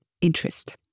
interest